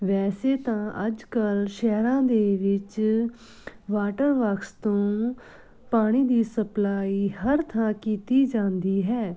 ਵੈਸੇ ਤਾਂ ਅੱਜ ਕੱਲ੍ਹ ਸ਼ਹਿਰਾਂ ਦੇ ਵਿੱਚ ਵਾਟਰ ਬਾਕਸ ਤੋਂ ਪਾਣੀ ਦੀ ਸਪਲਾਈ ਹਰ ਥਾਂ ਕੀਤੀ ਜਾਂਦੀ ਹੈ